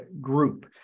Group